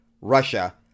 Russia